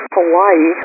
Hawaii